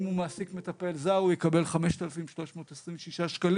אם הוא מעסיק מטפל זר הוא יקבל 5,326 שקלים.